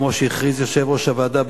כמו שהכריז יושב-ראש הוועדה,